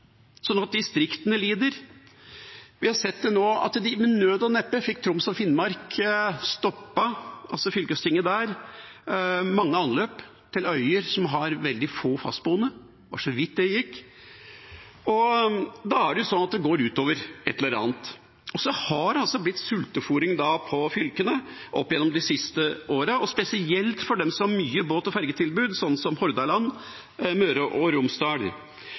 sånn at distriktene lider? Vi har sett at fylkestinget i Troms og Finnmark med nød og neppe fikk stoppet kutt i mange anløp til øyer som har veldig få fastboende. Det var så vidt det gikk. Da er det jo sånn at det går ut over et eller annet. Det har altså blitt sultefôring av fylkene opp gjennom de siste årene, og spesielt for dem som har mange båt- og ferjetilbud, som Hordaland og Møre og Romsdal.